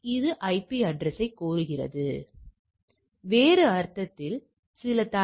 இது கட்டின்மை கூறுகள்தானே தவிர வேறில்லை